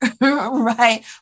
right